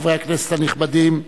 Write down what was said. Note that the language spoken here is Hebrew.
חברי הכנסת הנכבדים.